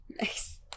Nice